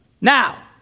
Now